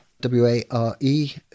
W-A-R-E